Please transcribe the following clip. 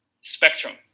spectrum